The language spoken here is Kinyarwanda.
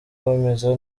bameze